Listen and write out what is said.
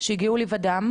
שהגיעו לבדן.